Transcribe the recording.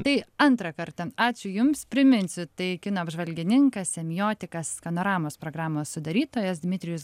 tai antrą kartą ačiū jums priminsiu tai kino apžvalgininkas semiotikas skanoramos programos sudarytojas dmitrijus